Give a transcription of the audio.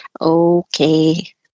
Okay